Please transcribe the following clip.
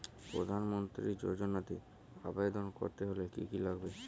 প্রধান মন্ত্রী যোজনাতে আবেদন করতে হলে কি কী লাগবে?